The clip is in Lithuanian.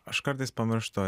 aš kartais pamirštu